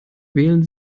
wählen